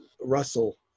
Russell